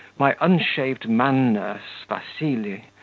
my unshaved man-nurse, vassily,